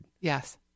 yes